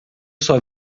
sua